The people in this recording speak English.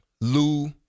Lou